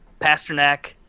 Pasternak